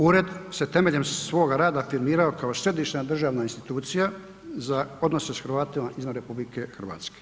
Ured se temeljem svoga rada afirmirao kao središnja državna institucija za odnose s Hrvatima izvan RH.